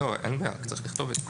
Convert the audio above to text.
אין בעיה, רק צריך לכתוב את זה.